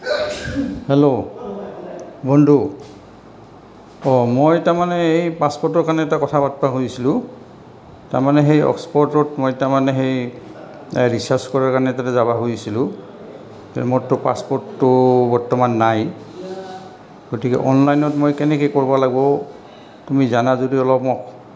hello বন্ধু অঁ মই তাৰমানে এই পাছপৰ্টৰ কাৰণে এটা কথা পাতবা খুজিছিলোঁ তাৰমানে সেই অক্সফৰ্টত মই তাৰমানে সেই ৰিচাৰ্চ কৰাৰ কাৰণে তালে যাবা খুজিছিলোঁ মোৰতো পাছপৰ্টটো বৰ্তমান নাই গতিকে অনলাইনত মই কেনেকে কৰব লাগব তুমি জানা যদি অলপ মোক